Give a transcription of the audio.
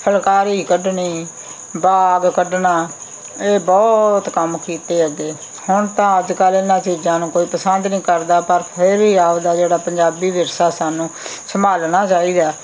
ਫੁਲਕਾਰੀ ਕੱਢਣੀ ਬਾਗ ਕੱਢਣਾ ਇਹ ਬਹੁਤ ਕੰਮ ਕੀਤੇ ਅੱਗੇ ਹੁਣ ਤਾਂ ਅੱਜ ਕੱਲ੍ਹ ਇਹਨਾਂ ਚੀਜ਼ਾਂ ਨੂੰ ਕੋਈ ਪਸੰਦ ਨਹੀਂ ਕਰਦਾ ਪਰ ਫਿਰ ਵੀ ਆਪਦਾ ਜਿਹੜਾ ਪੰਜਾਬੀ ਵਿਰਸਾ ਸਾਨੂੰ ਸੰਭਾਲਣਾ ਚਾਹੀਦਾ